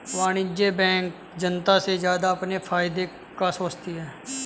वाणिज्यिक बैंक जनता से ज्यादा अपने फायदे का सोचती है